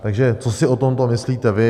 Takže co si o tomto myslíte vy?